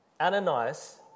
Ananias